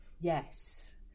Yes